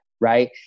right